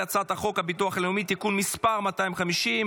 הצעת חוק הביטוח הלאומי (תיקון מס' 250),